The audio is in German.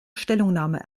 stellungnahme